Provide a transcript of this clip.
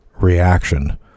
reaction